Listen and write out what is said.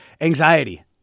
anxiety